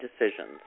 decisions